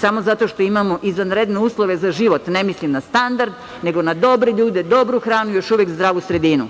samo zato što imamo izvanredne uslove za život, ne mislim na standard, nego na dobre ljude, dobru hranu i još uvek zdravu sredinu.